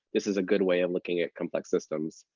this is a good way of looking at complex systems.